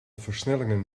versnellingen